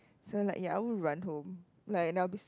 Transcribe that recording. so like ya I would run home like I'll be s~